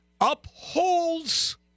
upholds